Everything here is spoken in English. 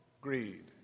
greed